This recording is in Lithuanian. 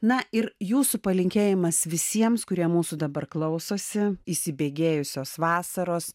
na ir jūsų palinkėjimas visiems kurie mūsų dabar klausosi įsibėgėjusios vasaros